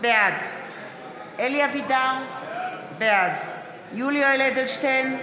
בעד אלי אבידר, בעד יולי יואל אדלשטיין,